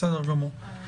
בסדר גמור.